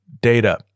data